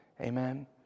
Amen